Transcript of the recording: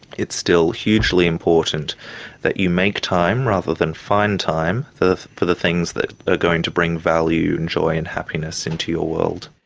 it's still hugely important that you make time rather than find time for the things that are going to bring value and joy and happiness into your world.